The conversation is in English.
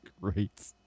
great